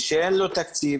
כשאין לא תקציב,